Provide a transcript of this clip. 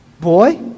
boy